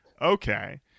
Okay